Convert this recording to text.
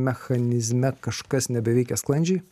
mechanizme kažkas nebeveikia sklandžiai